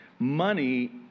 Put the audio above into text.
Money